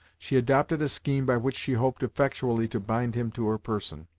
she adopted a scheme by which she hoped effectually to bind him to her person.